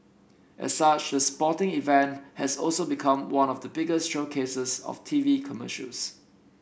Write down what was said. as such the sporting event has also become one of the biggest showcases of T V commercials